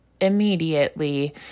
immediately